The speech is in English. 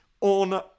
on